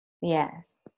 Yes